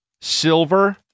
silver